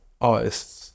artists